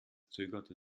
zögerte